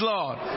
Lord